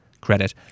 credit